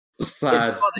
sad